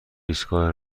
ایستگاه